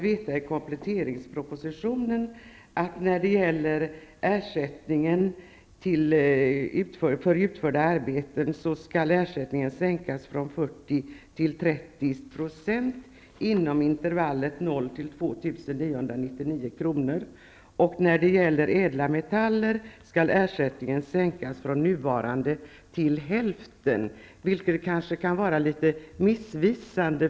I kompletteringspropositionen har vi i stället fått veta att ersättningen för det utförda arbetet skall sänkas från 40 % till 30 %, inom intervallet 0-2 999 kr., och för ädla metaller från nuvarande nivå till hälften, vilket kanske kan vara något missvisande.